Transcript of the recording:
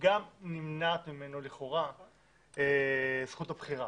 לכאורה גם נמנעת ממנו זכות הבחירה.